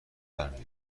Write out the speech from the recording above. برمی